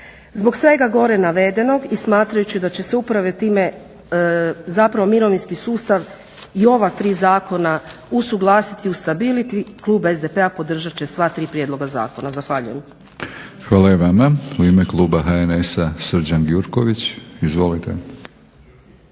Zbog svega gore navedenog i smatrajući da će se uprave time zapravo mirovinski sustav i ova tri zakona usuglasiti, ustabiliti klub SDP-a podržat će sva tri prijedloga zakona. Zahvaljujem. **Batinić, Milorad (HNS)** Hvala i vama. U ime kluba HNS-a Srđan Gjurković. Izvolite.